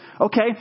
Okay